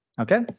Okay